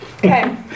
Okay